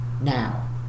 Now